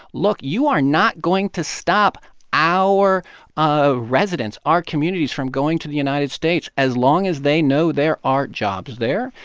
look, you are not going to stop our ah residents, our communities from going to the united states as long as they know there are jobs there,